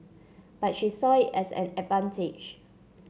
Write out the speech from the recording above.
but she saw it as an advantage